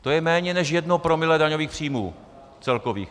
To je méně než jedno promile daňových příjmů, celkových.